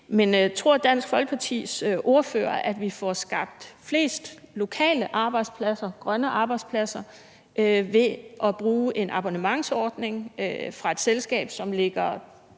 Men tror Dansk Folkepartis ordfører, at vi får skabt flest lokale arbejdspladser, grønne arbejdspladser, ved at bruge en abonnementsordning fra et selskab, som ligger